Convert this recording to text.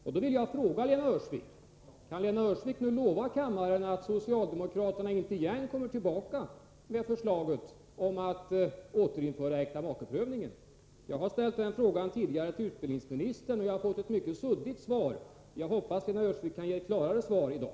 Jag vill fråga Lena Öhrsvik: Kan Lena Öhrsvik nu lova kammaren att socialdemokraterna inte kommer tillbaka med förslaget om att återinföra äktamakeprövningen? Jag har ställt den frågan tidigare till utbildningsministern och fått ett mycket suddigt svar. Jag hoppas att Lena Öhrsvik kan ge ett klarare svar i dag.